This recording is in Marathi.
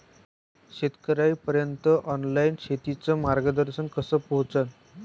शेतकर्याइपर्यंत ऑनलाईन शेतीचं मार्गदर्शन कस पोहोचन?